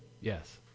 Yes